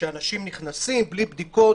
שאנשים נכנסים בלי בדיקות.